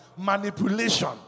manipulation